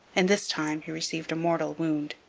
and this time he received a mortal wound.